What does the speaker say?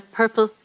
purple